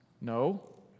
no